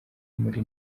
muri